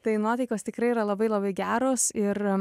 tai nuotaikos tikrai yra labai labai geros ir